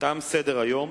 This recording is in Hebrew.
תם סדר-היום.